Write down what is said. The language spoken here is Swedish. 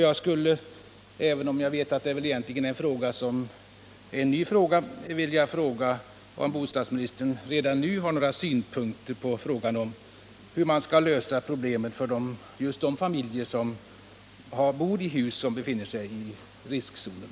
Jag skulle vilja fråga bostadsministern, även om jag vet att det egentligen är en helt ny fråga, om bostadsministern redan nu har några synpunkter på hur man skall lösa problemen för just de familjer som bor i hus som är belägna i riskzonen.